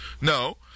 no